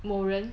某人